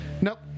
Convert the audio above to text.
Nope